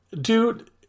dude